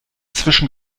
zwischen